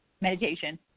meditation